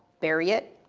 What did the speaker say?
bury it,